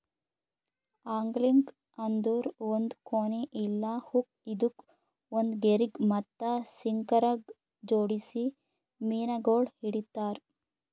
angling ಅಂದುರ್ ಒಂದ್ ಕೋನಿ ಇಲ್ಲಾ ಹುಕ್ ಇದುಕ್ ಒಂದ್ ಗೆರಿಗ್ ಮತ್ತ ಸಿಂಕರಗ್ ಜೋಡಿಸಿ ಮೀನಗೊಳ್ ಹಿಡಿತಾರ್